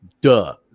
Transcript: Duh